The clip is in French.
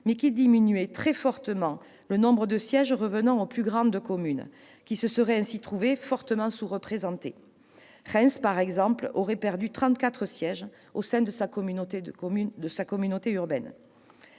tendait à diminuer très fortement le nombre de sièges revenant aux plus grandes communes, qui se seraient ainsi trouvées fortement sous-représentées. Reims, par exemple, aurait perdu 34 sièges au sein de la communauté urbaine